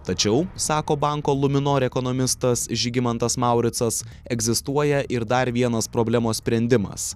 tačiau sako banko luminor ekonomistas žygimantas mauricas egzistuoja ir dar vienas problemos sprendimas